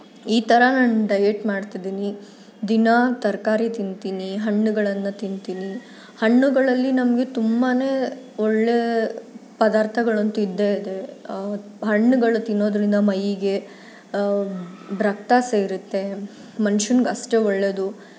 ಈ ಥರ ನಾನು ಡಯೆಟ್ ಮಾಡ್ತಿದ್ದೀನಿ ದಿನಾ ತರಕಾರಿ ತಿಂತೀನಿ ಹಣ್ಣುಗಳನ್ನು ತಿಂತೀನಿ ಹಣ್ಣುಗಳಲ್ಲಿ ನಮಗೆ ತುಂಬಾ ಒಳ್ಳೆಯ ಪದಾರ್ಥಗಳಂತೂ ಇದ್ದೇ ಇದೆ ಹಣ್ಣುಗಳು ತಿನ್ನೋದರಿಂದ ಮೈಗೆ ರಕ್ತ ಸೇರುತ್ತೆ ಮನ್ಷಂಗೆ ಅಷ್ಟೇ ಒಳ್ಳೆಯದು